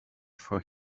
for